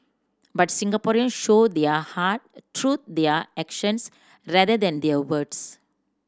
but Singaporeans show their heart through their actions rather than their words